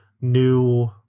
new